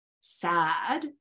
sad